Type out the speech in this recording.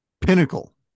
pinnacle